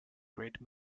grade